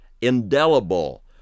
indelible